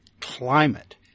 climate